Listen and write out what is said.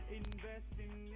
investing